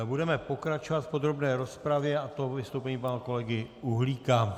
Budeme pokračovat v podrobné rozpravě, a to vystoupením pana kolegy Uhlíka.